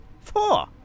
Four